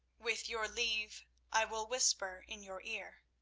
with your leave i will whisper in your ear.